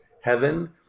heaven